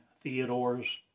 Theodore's